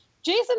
Jason